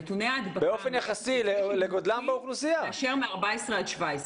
ילדים לומדים בתוך כיתה.